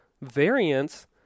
variance